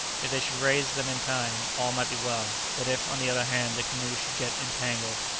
if they should raise them in time, all might be well, but if, on the other hand, the canoe should get entangled,